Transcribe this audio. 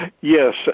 Yes